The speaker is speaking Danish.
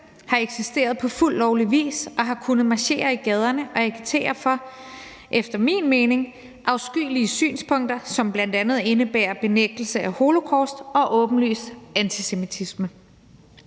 har eksisteret på fuldt lovlig vis og har kunnet marchere i gaderne og agitere for efter min mening afskyelige synspunkter, som bl.a. indebærer benægtelse af holocaust og åbenlys antisemitisme.